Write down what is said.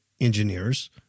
engineers